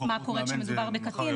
מה קורה כשמדובר בקטין.